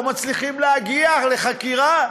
לא מצליחים להגיע לחקירה.